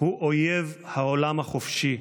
הוא אויב העולם החופשי.